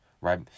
right